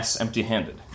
empty-handed